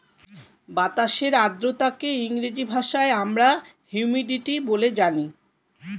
বাতাসের আর্দ্রতাকে ইংরেজি ভাষায় আমরা হিউমিডিটি বলে জানি